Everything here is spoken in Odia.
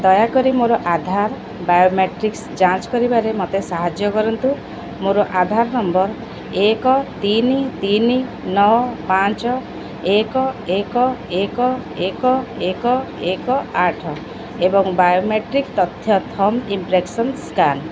ଦୟାକରି ମୋର ଆଧାର ବାୟୋମେଟ୍ରିକ୍ସ ଯାଞ୍ଚ କରିବାରେ ମୋତେ ସାହାଯ୍ୟ କରନ୍ତୁ ମୋର ଆଧାର୍ ନମ୍ବର୍ ଏକ ତିନି ତିନି ନଅ ପାଞ୍ଚ ଏକ ଏକ ଏକ ଏକ ଏକ ଏକ ଆଠ ଏବଂ ବାୟୋମେଟ୍ରିକ୍ ତଥ୍ୟ ଥମ୍ବ୍ ଇମ୍ପ୍ରେସନ୍ ସ୍କାନ୍